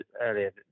earlier